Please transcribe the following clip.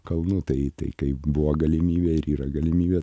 kalnų tai tai kai buvo galimybė ir yra galimybė